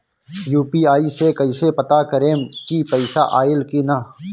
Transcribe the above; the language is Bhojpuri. यू.पी.आई से कईसे पता करेम की पैसा आइल की ना?